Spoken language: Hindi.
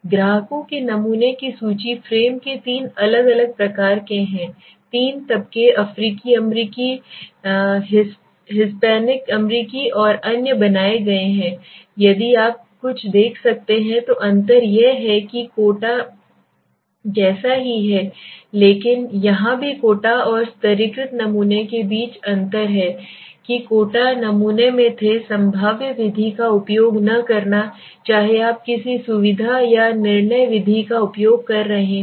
ग्राहकों के नमूने की सूची फ्रेम के तीन अलग अलग प्रकार के हैं तीन तबके अफ्रीकी अमेरिकी हिस्पैनिक अमेरिकी और अन्य बनाए गए हैं यदि आप कुछ देख सकते हैं तो अंतर यह है कि कोटा जैसा ही है लेकिन यहाँ भी कोटा और स्तरीकृत नमूने के बीच अंतर यह है कि कोटा नमूने में थे संभाव्य विधि का उपयोग न करना चाहे आप किसी सुविधा या निर्णय विधि का उपयोग कर रहे हों